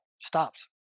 stops